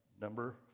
number